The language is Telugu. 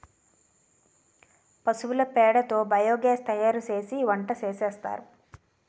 పశువుల పేడ తో బియోగాస్ తయారుసేసి వంటసేస్తారు